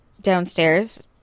downstairs